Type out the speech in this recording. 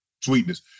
sweetness